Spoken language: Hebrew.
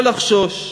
לא לחשוש,